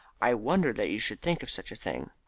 i wonder that you should think of such a thing.